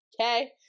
okay